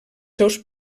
seus